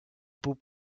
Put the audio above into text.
beau